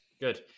Good